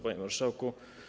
Panie Marszałku!